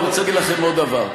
אני רוצה להגיד לכם עוד דבר,